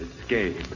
escape